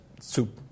soup